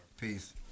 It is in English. Peace